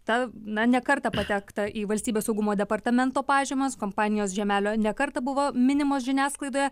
ta na ne kartą patekta į valstybės saugumo departamento pažymos kompanijos žiemelio ne kartą buvo minimos žiniasklaidoje